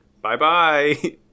Bye-bye